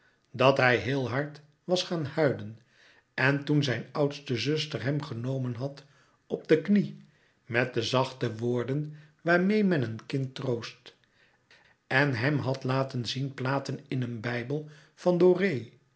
dat hij heel hard was gaan huilen en toen zijn oudste zuster hem genomen had op de knie met de zachte woorden waarmeê men een kind troost en hem had laten zien platen in een bijbel van doré